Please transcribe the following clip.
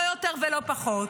לא יותר ולא פחות.